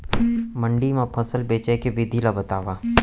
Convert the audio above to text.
मंडी मा फसल बेचे के विधि ला बतावव?